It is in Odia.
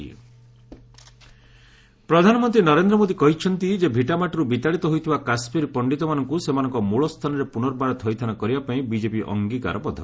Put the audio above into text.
ପିଏମ୍ କଠୱା ର୍ୟାଲି ପ୍ରଧାନମନ୍ତ୍ରୀ ନରେନ୍ଦ୍ର ମୋଦି କହିଛନ୍ତି ଯେ ଭିଟାମାଟିରୁ ବିତାଡିତ ହୋଇଥିବା କାଶ୍ମୀର ପଣ୍ଡିତମାନଙ୍କୁ ସେମାନଙ୍କ ମୂଳ ସ୍ଥାନରେ ପୁର୍ନବାର ଥଇଥାନ କରିବା ପାଇଁ ବିଜେପି ଅଙ୍ଗୀକାରବଦ୍ଧ